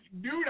dude